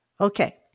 Okay